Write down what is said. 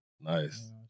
Nice